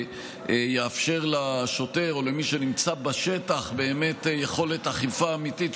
ויאפשר לשוטר או למי שנמצא בשטח יכולת אכיפה אמיתית,